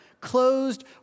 closed